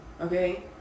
Okay